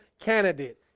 candidate